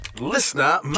Listener